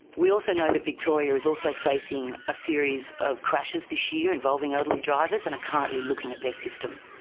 we also know that victoria is also facing a series of crashes this year involving elderly drivers, and are currently looking at their system.